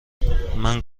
منم